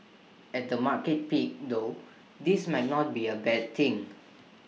at the market peak though this might not be A bad thing